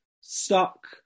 stuck